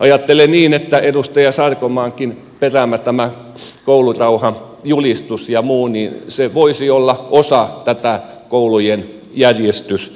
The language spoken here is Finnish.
ajattelen niin että edustaja sarkomaankin peräämä koulurauhan julistus ja muu voisivat olla osa tätä koulujen järjestyssääntöä